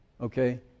Okay